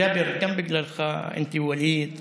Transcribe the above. ג'אבר, גם בגללך, אנתי, ווליד ואימאן.